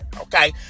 okay